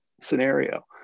scenario